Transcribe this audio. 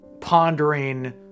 pondering